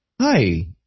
Hi